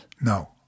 No